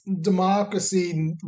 democracy